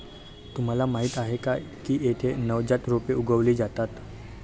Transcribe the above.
तुम्हाला माहीत आहे का की येथे नवजात रोपे उगवली जातात